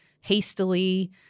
hastily